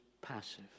passive